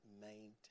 maintain